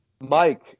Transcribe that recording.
Mike